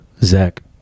zach